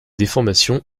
déformations